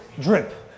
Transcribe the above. Drip